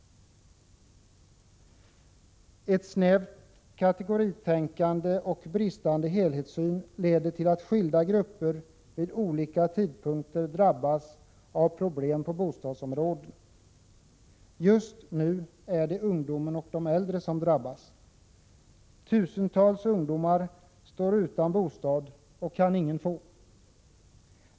Ett snävt kategoritänkande och bristande helhetssyn leder till att skilda grupper vid olika tidpunkter drabbas av problem på bostadsmarknaden. Just nu är det ungdomen och de äldre som drabbas. Tusentals ungdomar står utan bostad och kan ingen få.